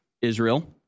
Israel—